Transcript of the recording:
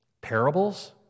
parables